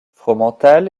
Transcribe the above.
fromental